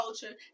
culture